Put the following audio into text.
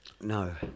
No